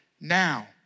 now